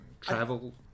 travel